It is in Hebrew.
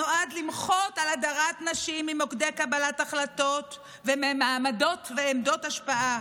הנועד למחות על הדרת נשים ממוקדי קבלת ההחלטות וממעמדות ועמדות השפעה